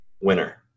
winner